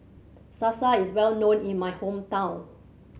salsa is well known in my hometown